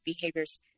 behaviors